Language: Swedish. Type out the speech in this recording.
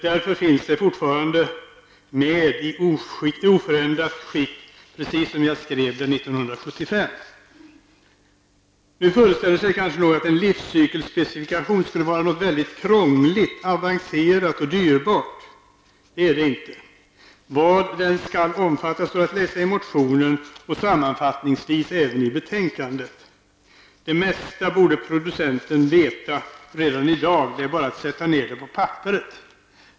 Därför finns förslaget fortfarande med i oförändrat skick, precis som jag skrev det 1975. Nu föreställer sig kanske någon att en livscykelspecifikation skulle vara något väldigt krångligt, avancerat och dyrbart. Det är det inte. Vad den skall omfatta står att läsa i motionen och sammanfattningsvis även i betänkandet. Det mesta borde producenten veta redan i dag, det är bara att sätta ned det på papperet.